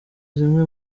zimwe